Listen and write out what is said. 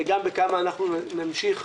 וגם בכמה אנחנו נמשיך